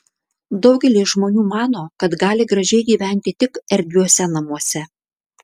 daugelis žmonių mano kad gali gražiai gyventi tik erdviuose namuose